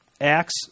Acts